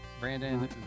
Brandon